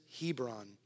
Hebron